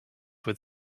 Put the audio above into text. with